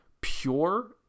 pure